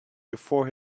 before